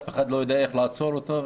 אף אחד לא יודע איך לעצור אותו,